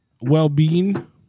well-being